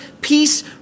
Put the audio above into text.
peace